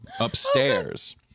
upstairs